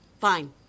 Fine